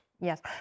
Yes